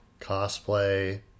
cosplay